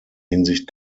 hinsicht